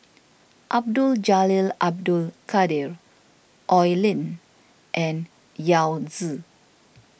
Abdul Jalil Abdul Kadir Oi Lin and Yao Zi